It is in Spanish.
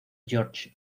george